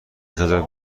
خجالت